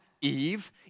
Eve